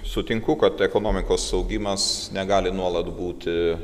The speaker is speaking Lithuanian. sutinku kad ekonomikos augimas negali nuolat būti